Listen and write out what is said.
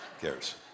cares